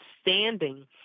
standing